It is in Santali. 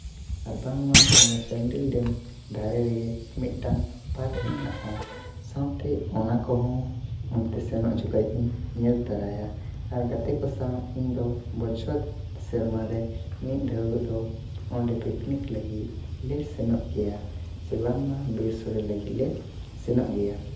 ᱟᱨ ᱵᱟᱝᱢᱟ ᱚᱱᱟ ᱪᱟᱱᱰᱤᱞ ᱰᱮᱢ ᱫᱷᱟᱨᱮ ᱨᱮᱜᱮ ᱢᱤᱫᱴᱟᱹᱝ ᱯᱟᱨᱠ ᱢᱮᱱᱟᱜᱼᱟ ᱥᱟᱶᱛᱮ ᱚᱱᱟ ᱛᱮᱦᱚᱸ ᱚᱱᱛᱮ ᱥᱮᱱᱚᱜ ᱡᱚᱠᱷᱚᱡ ᱤᱧ ᱧᱮᱞ ᱛᱚᱨᱟᱭᱟ ᱟᱨ ᱜᱟᱛᱮ ᱠᱚ ᱥᱟᱶ ᱤᱧᱫᱚ ᱵᱚᱪᱷᱚᱨ ᱥᱮᱨᱢᱟ ᱨᱮ ᱢᱤᱫ ᱫᱷᱟᱹᱣ ᱫᱚ ᱚᱸᱰᱮ ᱯᱤᱠᱱᱤᱠ ᱞᱟᱹᱜᱤᱫ ᱞᱮ ᱥᱮᱱᱚᱜ ᱜᱮᱭᱟ ᱥᱮ ᱵᱟᱝᱢᱟ ᱵᱤᱨ ᱥᱳᱲᱮ ᱞᱟᱹᱜᱤᱫ ᱞᱮ ᱥᱮᱱᱚᱜ ᱜᱮᱭᱟ